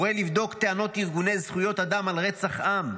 קורא לבדוק טענות ארגוני זכויות אדם על רצח עם,